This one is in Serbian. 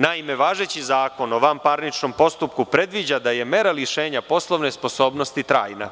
Naime, važeći Zakon o vanparničnom postupku predviđa da je mera lišenja poslovne sposobnosti trajna,